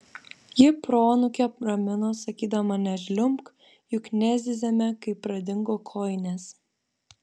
ji proanūkę ramino sakydama nežliumbk juk nezyzėme kai pradingo kojinės